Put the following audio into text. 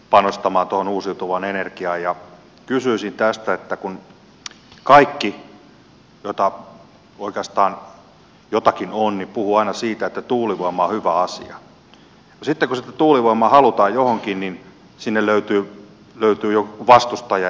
kysyisin tästä kun kaikki puhuvat aina siitä että tuulivoima on hyvä asia ja sitten kun sitä tuulivoimaa halutaan johonkin sinne löytyy vastustaja